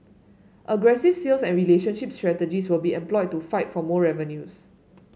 aggressive sales and relationship strategies will be employed to fight for more revenues